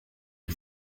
les